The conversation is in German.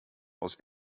aus